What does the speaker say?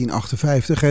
1958